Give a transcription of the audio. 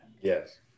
Yes